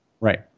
Right